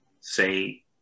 say